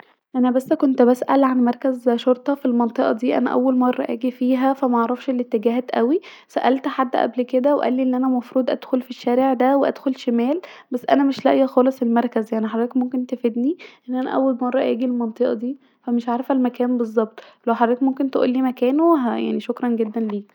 انا بس كنت بسأل عن مركز شرطه في المنطقه ديه انا اول مره اجي فيها ف معرفش الإتجاهات اوي وسالت حد قبل كدا قالي أن انا مفروض ادخل في الشارع ده وادخل شمال بس انا لاقيه خالص المركز ف حضرتك ممكن تاخدني لاني انا اول مره احس المنطقه ديه ف مش عارفه المكان بالظبط لو حضرتك ممكن تقولي مكانه ف شكرا جدا ليك